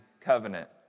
covenant